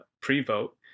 pre-vote